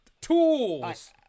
tools